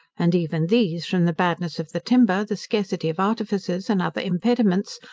and even these, from the badness of the timber, the scarcity of artificers, and other impediments,